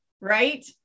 right